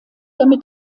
damit